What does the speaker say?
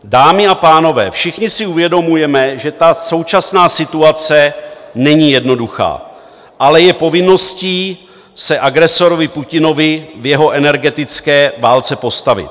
Dámy a pánové, všichni si uvědomujeme, že současná situace není jednoduchá, ale je povinností se agresorovi Putinovi v jeho energetické válce postavit.